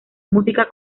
música